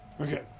Okay